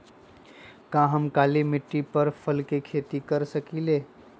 का हम काली मिट्टी पर फल के खेती कर सकिले?